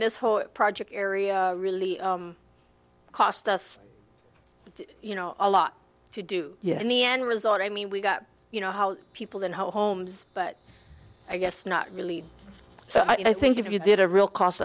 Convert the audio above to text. this whole project area really cost us you know a lot to do yet in the end result i mean we've got you know how people in homes but i guess not really so i think if you did a real cost